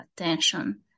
attention